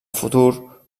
futur